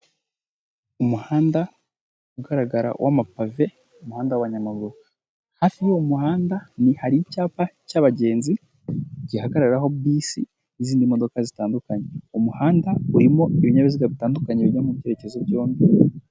Umuhanda ugaragara wama pave umuhanda wa nyamabuye, hafi y'uwo muhanda ni hari icyapa cyabagenzi gihagararaho bisi izindi modoka zitandukanye, umuhanda urimo ibinyabiziga bitandukanye bijya mu byerekezo byombi.